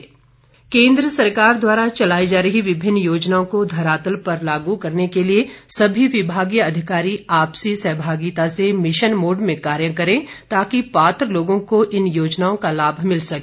अनुराग बैठक केन्द्र सरकार द्वारा चलाई जा रही विभिन्न योजनाओं को धरातल पर लागू करने के लिए सभी विभागीय अधिकारी आपसी सहभागिता से मिशन मोड में कार्य करें ताकि पात्र लोगों को इन योजनाओं का लाभ मिल सके